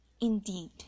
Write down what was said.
Indeed